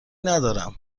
ندارم